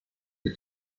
que